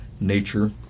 nature